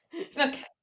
okay